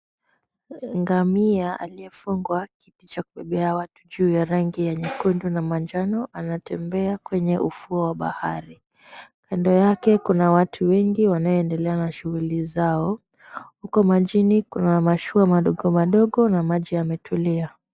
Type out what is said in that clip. Ngamia aliyefungwa kiti cha kubebea watu juu ya rangi ya nyekundu na manjano anatembea kwenye ufuo wa bahari. Kando yake kuna watu wengi wanaoendelea na shughuli zao. Huko majini kuna mashua madogo madogo na maji yametulia.